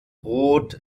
roth